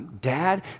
dad